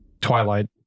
twilight